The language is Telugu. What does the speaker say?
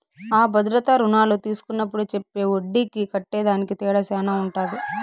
అ భద్రతా రుణాలు తీస్కున్నప్పుడు చెప్పే ఒడ్డీకి కట్టేదానికి తేడా శాన ఉంటది